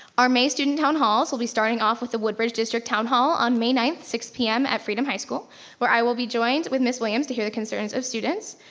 our may student town halls will be starting off with the woodbridge district town hall on may ninth, six pm at freedom high school where i will be joined with ms. williams to hear the concerns of students.